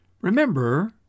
Remember